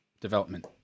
development